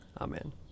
Amen